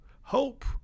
Hope